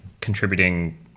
contributing